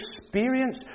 experience